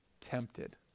tempted